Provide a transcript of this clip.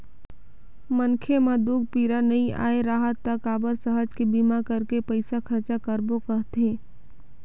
मनखे म दूख पीरा नइ आय राहय त काबर सहज के बीमा करके पइसा खरचा करबो कहथे